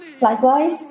Likewise